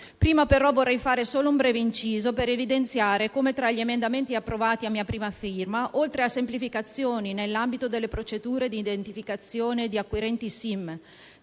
Prima però vorrei fare solo un breve inciso per evidenziare come tra gli emendamenti approvati a mia prima firma, oltre a semplificazioni nell'ambito delle procedure di identificazione di acquirenti SIM,